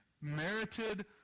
merited